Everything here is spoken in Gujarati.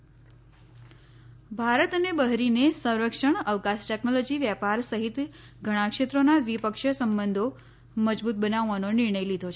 ભારત બહરીન ભારત અને બહરીને સંરક્ષણ અવકાશ ટેકનોલોજી વેપાર સહિત ઘણાં ક્ષેત્રોના દ્વિપક્ષીય સંબંધો મજબૂત બનાવવાનો નિર્ણય લીધો છે